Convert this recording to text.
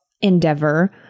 endeavor